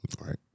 Right